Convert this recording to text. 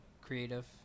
creative